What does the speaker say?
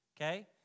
okay